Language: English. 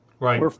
Right